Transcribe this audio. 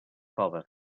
coves